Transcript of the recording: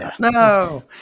No